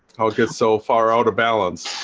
i'll get so far out of balance,